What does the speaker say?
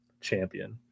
champion